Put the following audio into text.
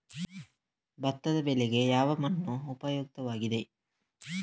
ಭತ್ತದ ಬೆಳೆಗೆ ಯಾವ ಮಣ್ಣು ಉಪಯುಕ್ತವಾಗಿದೆ?